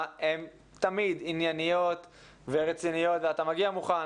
הן תמיד ענייניות ורציניות ואתה מגיע מוכן,